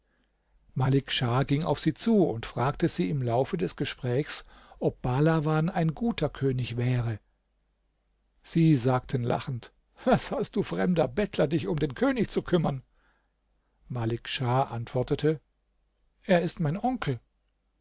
malik schah ging auf sie zu und fragte sie im laufe des gesprächs ob bahlawan ein guter könig wäre sie sagten lachend was hast du fremder bettler dich um den könig zu kümmern malik schah antwortete er ist mein onkel